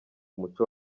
umuco